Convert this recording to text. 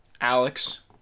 Alex